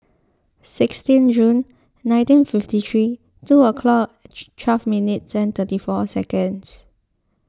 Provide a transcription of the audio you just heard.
sixteen June nineteen fifty three two o'clock twelve minutes thirty four seconds